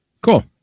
Cool